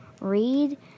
Read